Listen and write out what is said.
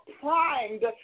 primed